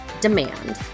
demand